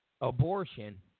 abortion